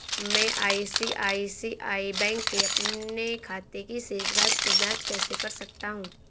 मैं ICICI bank के अपने खाते की शेष राशि की जाँच कैसे कर सकता हूँ?